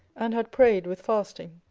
and had prayed with fasting,